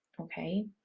okay